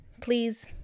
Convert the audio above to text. please